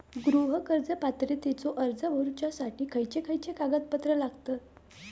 गृह कर्ज पात्रतेचो अर्ज भरुच्यासाठी खयचे खयचे कागदपत्र लागतत?